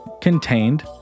contained